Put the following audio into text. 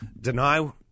deny